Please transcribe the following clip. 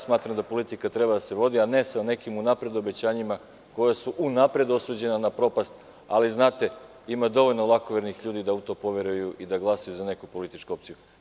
Smatram da tako politika treba da se vodi, a ne sa nekim unapred obećanjima koja su unapred osuđena na propast, ali znate ima dovoljno lakovernih ljudi da u to poveruju i da glasaju za neku političku opciju.